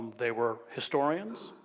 they were historians,